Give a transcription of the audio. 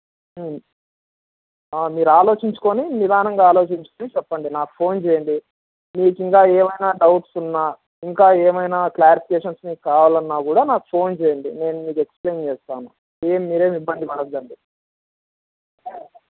మీరు ఆలోచించుకుని నిదానంగా ఆలోచించికుని చెప్పండి నాకు ఫోన్ చెయ్యండి మీకింకా ఏమైనా డౌట్స్ ఉన్నా ఇంకా ఏమైనా క్లారిఫికేషన్స్ మీకు కావాలన్నా కూడా నాకు ఫోన్ చెయ్యండి నేను మీకు ఎక్స్ప్లెయిన్ చేస్తాను ఏం మీరేం ఇబ్బంది పడద్దండి